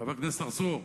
חבר הכנסת צרצור,